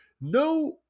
no